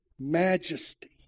majesty